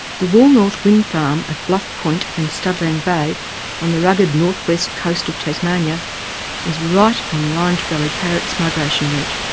the woolnorth wind farm at bluff point and studland bay on the rugged north-west coast of tasmania is right on the orange-bellied parrot's migration route.